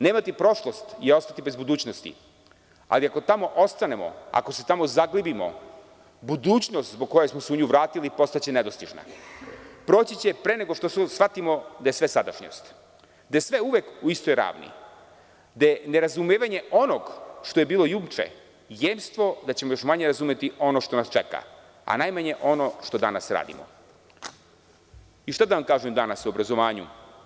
Nemati prošlost je ostati bez budućnosti, ali ako tamo ostanemo, ako se tamo zaglibimo, budućnost zbog koje smo se u nju vratili postaće nedostižna, proći će pre nego što shvatimo da je sve sadašnjost, da je sve uvek u istoj ravni gde nerazumevanje onog što je bilo juče jemstvo da ćemo još manje razumeti ono što nas čeka, a najmanje ono što danas radimo.“ Šta da vam kažem danas o obrazovanju.